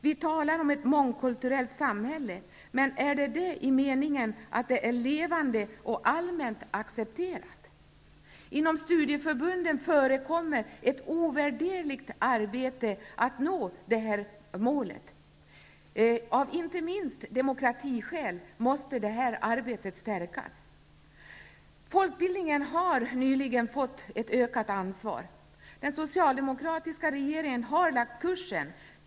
Vi talar om ett mångkulturellt samhälle, men är det så i den meningen att det är levande och alltmänt accepterat? Inom studieförbunden förekommer ett ovärderligt arbete för att nå detta mål. Av inte minst demokratiskäl måste detta arbete stärkas. Folkbildningen har nyligen fått ett ökat ansvar. Den socialdemokratiska regeringen har lagt ut kursen.